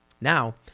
Now